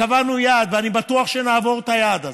קבענו יעד, ואני בטוח שנעבור את היעד הזה,